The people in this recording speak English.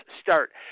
start